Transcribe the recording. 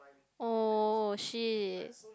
oh shit